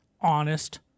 honest